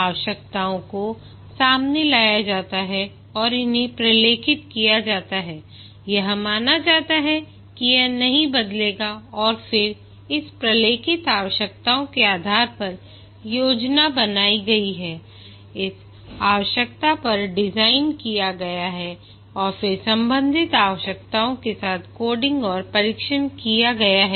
आवश्यकताओं को सामने लाया जाता है और इन्हें प्रलेखित किया जाता है यह माना जाता है कि यह नहीं बदलेगा और फिर इस प्रलेखित आवश्यकताओं के आधार पर योजना बनाई गई है इस आवश्यकताओं पर डिज़ाइन किया गया है और फिर संबंधित आवश्यकताओं के साथ कोडिंग और परीक्षण किया गया है